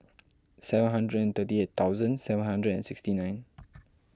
seven hundred and thirty eight thousand seven hundred and sixty nine